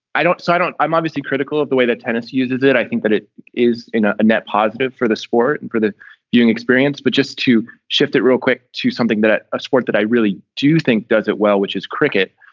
i don't. so i don't. i'm obviously critical of the way that tennis uses it. i think that it is ah a net positive for the sport and for the viewing experience. but just to shift it real quick to something that a sport that i really do think does it well, which is cricket,